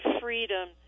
freedom